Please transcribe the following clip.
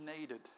needed